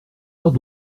heure